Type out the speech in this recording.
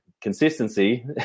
Consistency